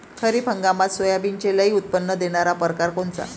खरीप हंगामात सोयाबीनचे लई उत्पन्न देणारा परकार कोनचा?